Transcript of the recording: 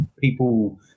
people